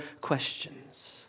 questions